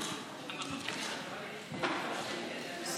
חבריי חברי